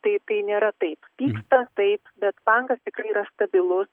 tai tai nėra taip pyksta taip bet bankas tikrai yra stabilus